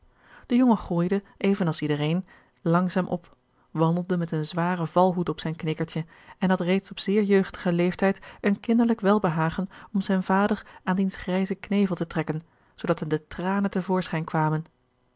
de jongen groeide even als iedereen langzaam op wandelde met een zwaren valhoed op zijn knikkertje en had reeds op zeer jeugdigen leeftijd een kinderlijk welbehagen om zijn vader aan diens grijzen knevel te trekken zoodat hem de tranen te voorschijn kwamen